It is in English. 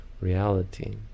reality